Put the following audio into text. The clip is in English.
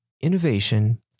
Innovation